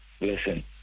Listen